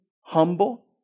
humble